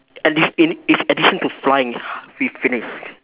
addi~ in if addition to flying we finished